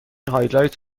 هایلایت